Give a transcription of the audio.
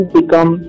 become